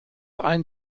ein